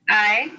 aye.